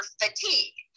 fatigue